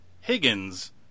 Higgins